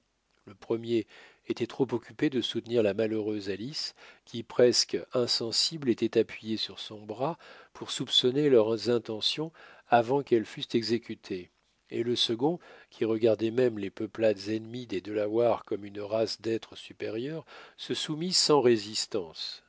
le premier était trop occupé de soutenir la malheureuse alice qui presque insensible était appuyée sur son bras pour soupçonner leurs intentions avant qu'elles fussent exécutées et le second qui regardait même les peuplades ennemies des delawares comme une race d'êtres supérieurs se soumit sans résistance